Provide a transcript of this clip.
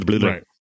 Right